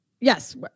yes